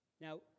Now